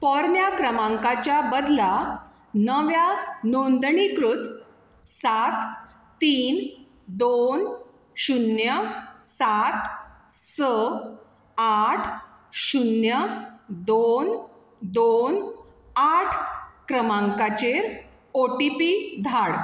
पोरन्या क्रमांकाच्या बदला नव्या नोंदणीकृत सात तीन दोन शुन्य सात स आठ शुन्य दोन दोन आठ क्रमांकाचेर ओ टी पी धाड